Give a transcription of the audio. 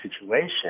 situation